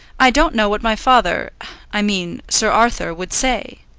i don't know what my father i mean, sir arthur would say.